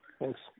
Thanks